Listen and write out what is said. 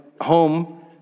home